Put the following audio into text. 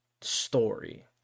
story